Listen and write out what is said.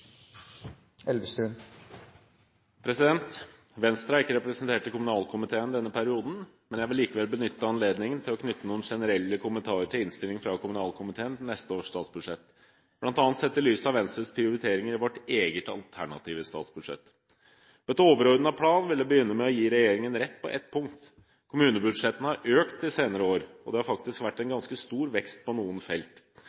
avsluttet. Venstre er ikke representert i kommunalkomiteen i denne perioden. Jeg vil likevel benytte anledningen til å knytte noen generelle kommentarer til innstillingen fra kommunalkomiteen om neste års statsbudsjett, bl.a. sett i lys av Venstres prioriteringer i eget alternative statsbudsjett. På et overordnet plan vil jeg begynne med å gi regjeringen rett på ett punkt, kommunebudsjettene har økt de senere år. Det har faktisk